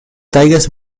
tigers